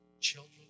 children